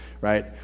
right